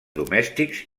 domèstics